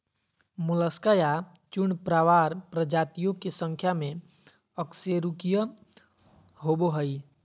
Mollusca या चूर्णप्रावार प्रजातियों के संख्या में अकशेरूकीय होबो हइ